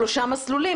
שלושה מסלולים.